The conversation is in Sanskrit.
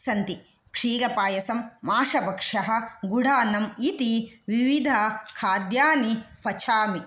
सन्ति क्षीरपायसं माशभक्षः गुडान्नम् इति विविधखाद्यानि पचामि